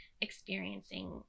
experiencing